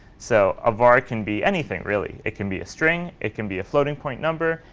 so a var can be anything really. it can be a string. it can be a floating point number.